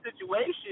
situation